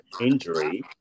injury